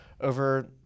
over